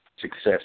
success